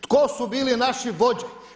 Tko su bili naši vođe?